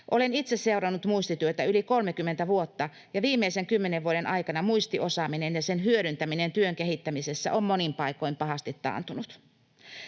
Olen itse seurannut muistityötä yli 30 vuotta ja viimeisen 10 vuoden aikana muistiosaaminen ja sen hyödyntäminen työn kehittämisessä on monin paikoin pahasti taantunut.